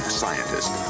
scientist